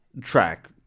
track